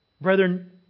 Brethren